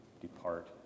Depart